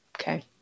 Okay